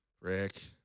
Rick